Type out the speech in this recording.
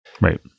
Right